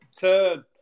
turn